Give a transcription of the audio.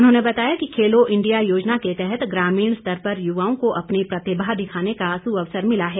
उन्होंने बताया कि खेलो इंडिया योजना के तहत ग्रामीण स्तर पर युवाओं को अपनी प्रतिभा दिखाने का सुअवसर मिला है